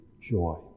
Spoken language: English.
joy